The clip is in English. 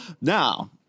now